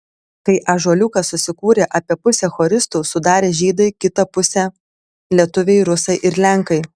kai ąžuoliukas susikūrė apie pusę choristų sudarė žydai kitą pusę lietuviai rusai ir lenkai